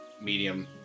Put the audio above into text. medium